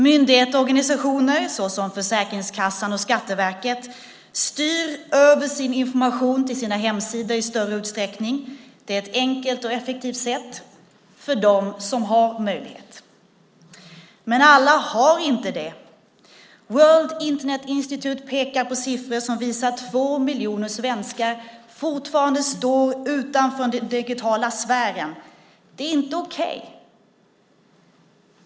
Myndigheter och organisationer, såsom Försäkringskassan och Skatteverket, styr över sin information till sina hemsidor i större utsträckning. Det är ett enkelt och effektivt sätt - för dem som har möjlighet. Men alla har inte det! World Internet Institute pekar på siffror som visar att två miljoner svenskar fortfarande står utanför den digitala sfären. Det är inte okej!